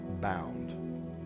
bound